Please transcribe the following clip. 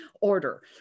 order